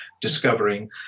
discovering